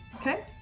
Okay